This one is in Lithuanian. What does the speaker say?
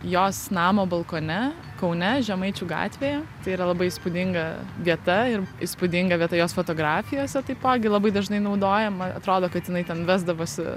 jos namo balkone kaune žemaičių gatvėje tai yra labai įspūdinga vieta ir įspūdinga vieta jos fotografijose taipogi labai dažnai naudojama atrodo kad jinai ten vesdavosi